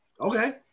Okay